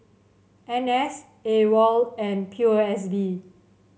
N S AWOL and P O S B